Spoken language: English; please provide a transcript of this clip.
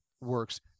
works